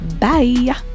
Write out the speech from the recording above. Bye